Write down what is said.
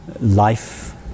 Life